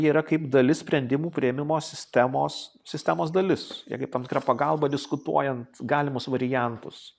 jie yra kaip dalis sprendimų priėmimo sistemos sistemos dalis jie kaip tam tikra pagalba diskutuojant galimus variantus